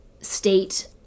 state